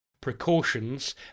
precautions